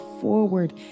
forward